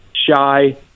shy